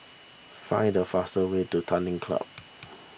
find the faster way to Tanglin Club